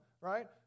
right